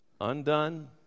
undone